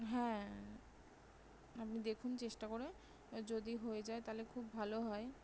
হ্যাঁ আপনি দেখুন চেষ্টা করে যদি হয়ে যায় তাহলে খুব ভালো হয়